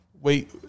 Wait